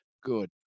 good